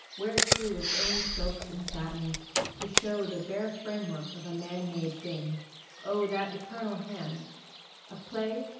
wears through its own silks and satins to show the bare framework of a man-made thing oh, that eternal hand a play,